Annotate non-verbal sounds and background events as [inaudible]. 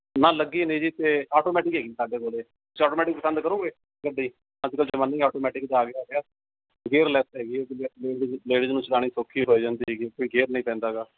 ਨਾ ਲੱਗੀ ਨੀ ਜੀ ਅਤੇ ਆਟੋਮੈਟਿਕ ਹੈਗੀ ਸਾਡੇ ਕੋਲੇ ਅੱਛਾ ਆਟੋਮੈਟਿਕ ਪਸੰਦ ਕਰੋਂਗੇ ਗੱਡੀ ਅੱਜ ਕੱਲ੍ਹ ਜਮਾਨਾਂ ਹੀ ਆਟੋਮੈਟਿਕ ਦਾ ਆ ਗਿਆ ਹੈਗਾ ਗੇਅਰ ਲੈੱਸ ਹੈਗੀ [unintelligible] ਜਿਹੜੀ ਤੁਹਾਨੂੰ ਚਲਾਉਣੀ ਸੋਖੀ ਹੋ ਜਾਂਦੀ ਹੈਗੀ ਕੋਈ ਗੇਅਰ ਨਹੀਂ ਪੈਂਦਾ ਹੈਗਾ